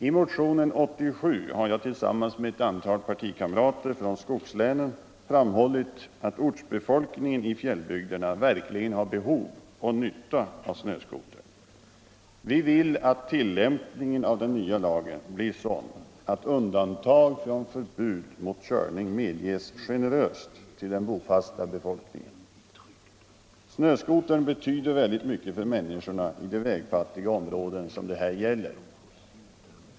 I motionen 87 har jag tillsammans med ett antal partikamrater från skogslänen framhållit att ortsbefolkningen i fjällbygderna verkligen har behov och nytta av snöskotern. Vi vill att tillämpningen av den nya lagen blir sådan att undantag från förbud mot körning medges generöst till den bofasta befolkningen. Snöskotern betyder väldigt mycket för människorna i de vägfattiga områden det här gäller.